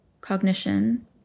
Cognition